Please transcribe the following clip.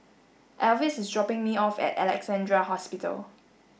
Elvis is dropping me off at Alexandra Hospital